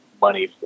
money